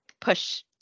push